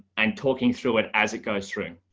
and talking through it as it goes through.